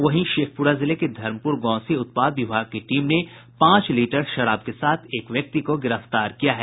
वहीं शेखपुरा जिले के धर्मपुर गांव से उत्पाद विभाग की टीम ने पांच लीटर शराब के साथ एक व्यक्ति को गिरफ्तार किया है